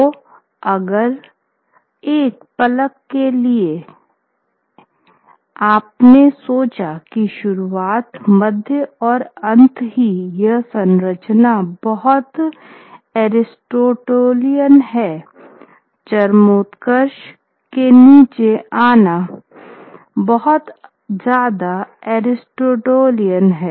तो अगर एक पल के लिए आपने सोचा कि शुरुआत मध्य और अंत की यह संरचना बहुत अरिस्टोटेलियन है चरमोत्कर्ष से नीचे आना बहुत ज़्यादा अरिस्टोटेलियन है